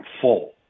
full